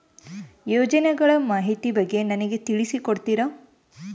ಯೋಜನೆಗಳ ಮಾಹಿತಿ ಬಗ್ಗೆ ನನಗೆ ತಿಳಿಸಿ ಕೊಡ್ತೇರಾ?